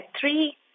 three